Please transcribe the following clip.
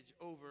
over